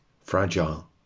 fragile